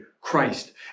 Christ